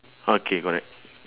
okay correct